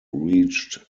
reached